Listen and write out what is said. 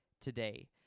today